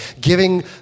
giving